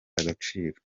agaciro